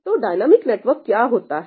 तो dynamic network क्या होता है